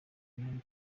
muri